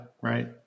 Right